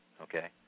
okay